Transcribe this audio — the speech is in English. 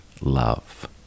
love